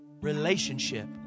relationship